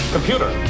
Computer